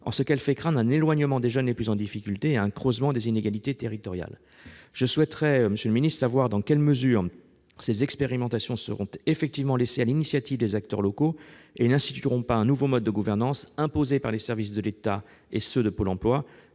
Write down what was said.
en ce qu'elle fait craindre un éloignement des jeunes le plus en difficulté et un creusement des inégalités territoriales. Monsieur le secrétaire d'État, dans quelle mesure ces expérimentations seront-elles effectivement laissées à l'initiative des acteurs locaux ? N'institueront-elles pas un nouveau mode de gouvernante imposé par les services de l'État et de Pôle emploi,